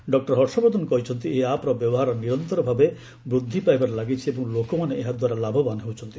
doctor Harshvardhan କହିଛନ୍ତି ଏହି ଆପ୍ର ବ୍ୟବହାର ନିରନ୍ତର ଭାବେ ବୃଦ୍ଧି ପାଇବାରେ ଲାଗିଛି ଏବଂ ଲୋକମାନେ ଏହାଦ୍ୱାରା ଲାଭବାନ ହେଉଛନ୍ତି